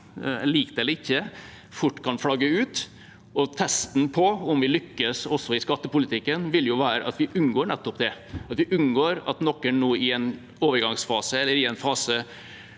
fort kan flagge ut. Testen på om vi lykkes også i skattepolitikken, vil være om vi unngår nettopp det – at vi unngår at noen nå i en overgangsfase